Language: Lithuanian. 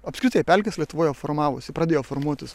apskritai pelkes lietuvoje formavosi pradėjo formuotis